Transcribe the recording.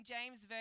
James